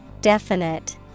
Definite